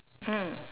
mm